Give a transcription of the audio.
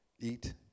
Eat